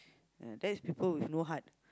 uh that is people with no heart